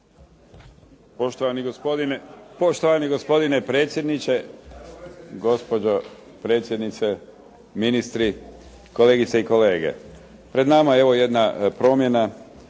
Poštovani gospodine predsjedniče, gospođo predsjednice, ministri, kolegice i kolege. Pred nama je evo jedna promjena